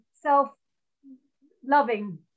self-loving